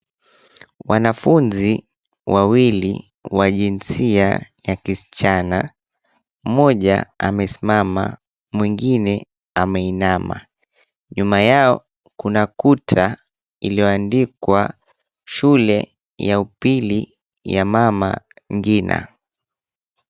Wanafunzi wawili wa jinsia ya kisichana. Mmoja amesimama, mwingine ameinama. Nyuma yao kuna kuta iliyoandikwa, "Shule ya Upili ya Mama Ngina.